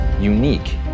unique